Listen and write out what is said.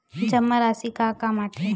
जमा राशि का काम आथे?